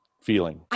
feeling